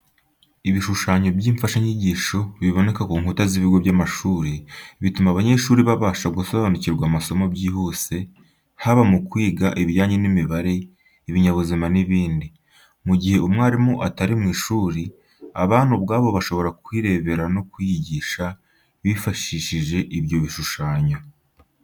Ibishushanyo by’imfashanyigisho biboneka ku nkuta z'ibigo by'amashuri, bituma abanyeshuri babasha gusobanukirwa amasomo byihuse, haba mu kwiga ibijyanye n’imibare, ibinyabuzima n’ibindi. Mu gihe kandi umwarimu atari mu ishuri, abana ubwabo bashobora kwirebera no kwiyigisha bifashishije ibyo bishushanyo.